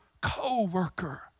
co-worker